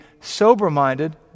sober-minded